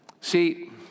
See